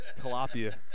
tilapia